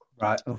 Right